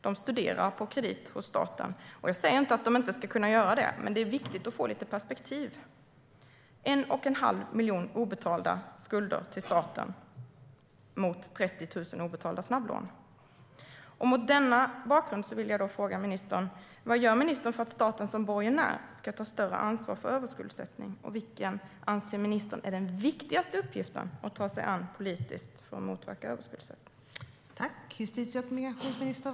De studerar på kredit från staten. Jag säger inte att de inte ska kunna göra det. Men det är viktigt att få lite perspektiv. Det är 1 1⁄2 miljon obetalda skulder till staten mot 30 000 obetalda snabblån. Mot den bakgrunden vill jag fråga ministern: Vad gör ministern för att staten som borgenär ska ta större ansvar för överskuldsättning? Vilken anser ministern är den viktigaste uppgiften att ta sig an politiskt för att motverka överskuldsättning?